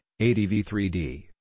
ADV3D